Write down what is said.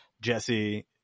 Jesse